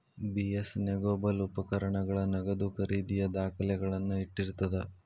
BS negotiable ಉಪಕರಣಗಳ ನಗದು ಖರೇದಿಯ ದಾಖಲೆಗಳನ್ನ ಇಟ್ಟಿರ್ತದ